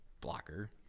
blocker